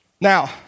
Now